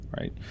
right